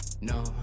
no